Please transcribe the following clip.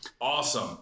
Awesome